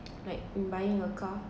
like in buying a car